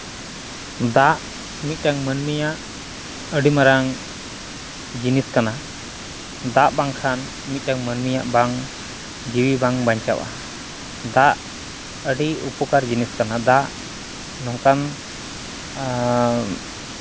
ᱫᱟᱜ ᱢᱤᱫᱴᱟᱝ ᱢᱟᱹᱱᱢᱤᱭᱟᱜ ᱟᱹᱰᱤ ᱢᱟᱨᱟᱝ ᱡᱤᱱᱤᱥ ᱠᱟᱱᱟ ᱫᱟᱜ ᱵᱟᱝᱠᱷᱟᱱ ᱢᱤᱫᱴᱟᱝ ᱢᱟᱹᱱᱢᱤᱭᱟᱜ ᱵᱟᱝ ᱡᱤᱣᱤ ᱵᱟᱝ ᱵᱟᱧᱪᱟᱜᱼᱟ ᱫᱟᱜ ᱟᱹᱰᱤ ᱩᱯᱚᱠᱟᱨ ᱡᱤᱱᱤᱥ ᱠᱟᱱᱟ ᱫᱟᱜ ᱱᱚᱝᱠᱟᱱ